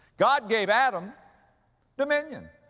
god gave adam dominion.